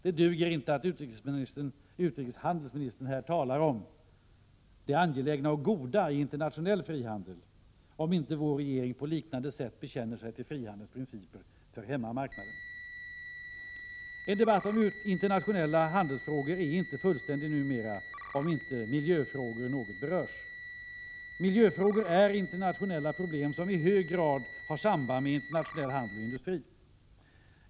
Det duger inte att utrikeshandelsministern här talar om det angelägna och goda i en internationell frihandel, om inte vår regering på liknande sätt bekänner sig till frihandelns principer för hemmamarknaden. En debatt om internationella handelsfrågor är inte fullständig numera om inte miljöfrågor något berörs. Miljöfrågor är internationella problem som i hög grad har samband med internationell handel och industri.